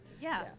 Yes